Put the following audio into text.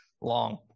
long